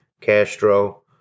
Castro